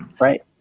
Right